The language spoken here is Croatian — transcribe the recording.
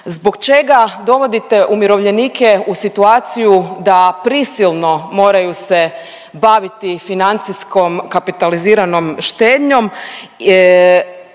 zbog čega dovodite umirovljenike u situaciju da prisilno moraju se baviti financijskom kapitaliziranom štednjom.